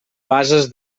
bases